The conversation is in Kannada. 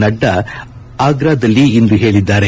ನಡ್ಡಾ ಆಗ್ರಾದಲ್ಲಿಂದು ಹೇಳಿದ್ದಾರೆ